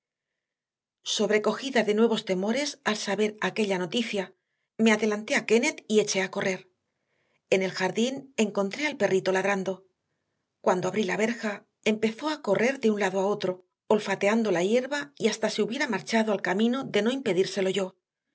sobrecogida de nuevos temores al saber aquella noticia me adelanté a kennett y eché a correr en el jardín encontré al perrito ladrando cuando abrí la verja empezó a correr de un lado a otro olfateando la hierba y hasta se hubiera marchado al camino de no impedírselo yo